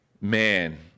man